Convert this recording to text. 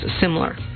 similar